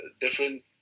different